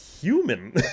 human